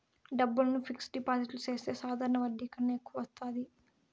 డబ్బులను fixed deposit చేస్తే సాధారణ వడ్డీ కన్నా ఎక్కువ వత్తాది